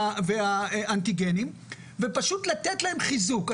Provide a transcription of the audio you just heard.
והאנטיגנים ופשוט לתת להם חיזוק.